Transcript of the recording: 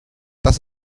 das